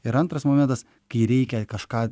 ir antras momentas kai reikia kažką